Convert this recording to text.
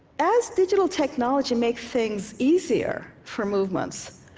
as digital technology makes things easier for movements,